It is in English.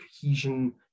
cohesion